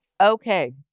okay